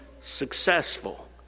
successful